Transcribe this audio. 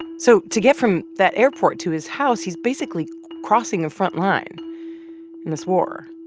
so to get from that airport to his house, he's basically crossing a frontline in this war.